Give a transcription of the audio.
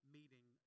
meeting